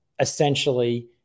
essentially